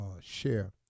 share